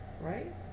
right